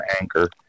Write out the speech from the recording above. Anchor